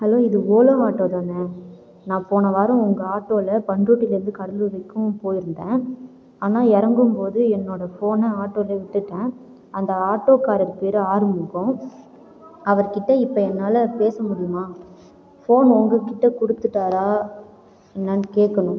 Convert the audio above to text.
hello இது Ola auto தானே நான் போன வாரம் உங்கள் ஆட்டோவில் பண்ருட்டிலிருந்து கடலூர் வரைக்கும் போயிருந்தேன் ஆனால் இறங்கும்போது என்னோடய ஃபோனை ஆட்டோலையே விட்டுவிட்டேன் அந்த ஆட்டோக்காரர் பேர் ஆறுமுகம் அவர்கிட்ட இப்போ என்னால் பேச முடியுமா ஃபோன் உங்கள்கிட்ட கொடுத்துட்டாரா என்னனு கேட்கணும்